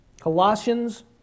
Colossians